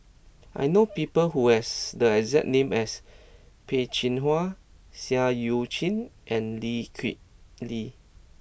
I know people who have the exact name as Peh Chin Hua Seah Eu Chin and Lee Kip Lee